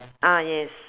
ah yes